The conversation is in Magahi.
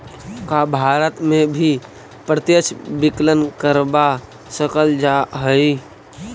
का भारत में भी प्रत्यक्ष विकलन करवा सकल जा हई?